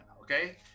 Okay